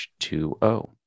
H2O